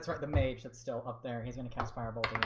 sort of the mage, that's still up there he's gonna cast fireball